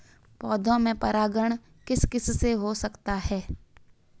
पौधों में परागण किस किससे हो सकता है?